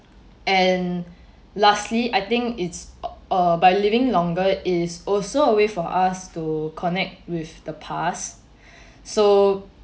and lastly I think it's uh by living longer is also a way for us to connect with the past so